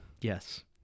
Yes